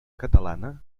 catalana